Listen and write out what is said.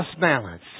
balance